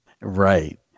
Right